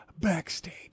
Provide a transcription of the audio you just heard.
Backstage